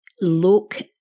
look